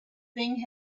thing